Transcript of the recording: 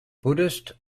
buddhist